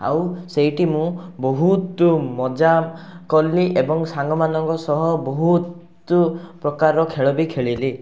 ଆଉ ସେଇଠି ମୁଁ ବହୁତ ମଜା କଲି ଏବଂ ସାଙ୍ଗମାନଙ୍କ ସହ ବହୁତ ପ୍ରକାରର ଖେଳ ବି ଖେଳିଲି